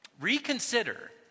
Reconsider